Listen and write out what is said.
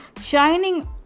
shining